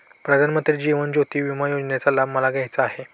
प्रधानमंत्री जीवन ज्योती विमा योजनेचा लाभ मला घ्यायचा आहे